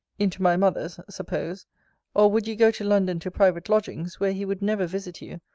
into my mother's, suppose or would you go to london to private lodgings, where he would never visit you,